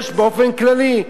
יש באופן כללי.